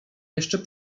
jeszcze